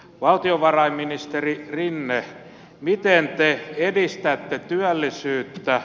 valtiovarainministeri rinne miten te edistätte työllisyyttä